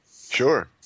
Sure